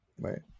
Right